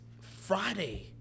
Friday